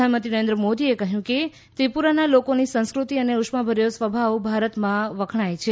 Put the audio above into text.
પ્રધાનમંત્રી નરેન્દ્ર મોદીએ કહ્યું કે ત્રિપુરાના લોકોની સંસ્ક્રતિ અને ઉષ્માભર્યો સ્વભાવ ભારતભરમાં વખાણાય છે